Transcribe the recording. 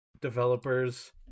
developers